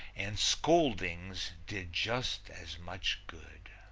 and scoldings did just as much good.